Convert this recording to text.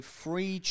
free